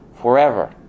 forever